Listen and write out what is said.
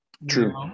true